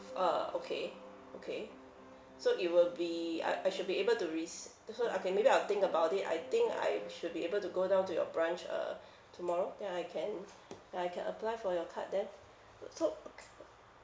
ah okay okay so it will be I I should be able to rec~ so okay maybe I'll think about it I think I should be able to go down to your branch uh tomorrow then I can then I can apply for your card there uh so